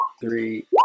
three